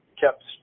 kept